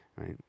right